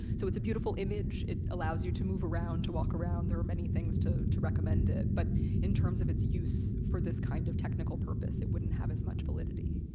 so it's a beautiful image. it allows you to move around, to walk around. there are many things to to recommend it, but in terms of its use for this kind of technical purpose, it wouldn't have as much validity.